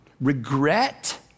Regret